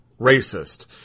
racist